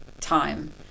time